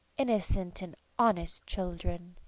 innocent and honest children.